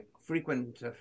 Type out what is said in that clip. frequent